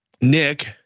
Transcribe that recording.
Nick